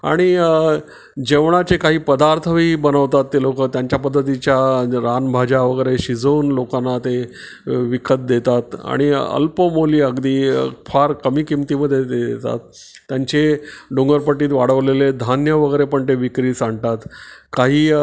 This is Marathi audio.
आणि जेवणाचे काही पदार्थही बनवतात ते लोक त्यांच्या पद्धतीच्या रानभाज्या वगैरे शिजवून लोकांना ते विकत देतात आणि अल्पमोली अगदी फार कमी किमतीमध्ये देतात त्यांचे डोंगरपट्टीत वाढवलेले धान्य वगैरे पण ते विक्रीस आणतात काही